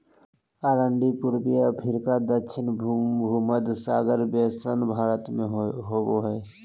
अरंडी पूर्वी अफ्रीका दक्षिण भुमध्य सागर बेसिन भारत में होबो हइ